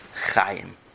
Chaim